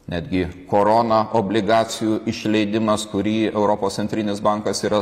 netgi korona obligacijų išleidimas kurį europos centrinis bankas yra